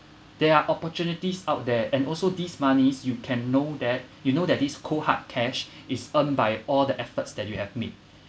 there are opportunities out there and also these monies you can know that you know that this cold hard cash is earn by all the efforts that you have made